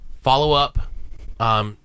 Follow-up